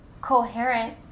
coherent